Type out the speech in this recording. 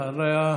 אחריו,